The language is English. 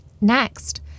Next